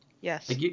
Yes